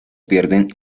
pierden